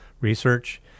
research